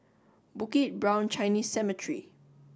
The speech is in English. Bukit Brown Chinese Cemetery